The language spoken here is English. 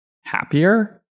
happier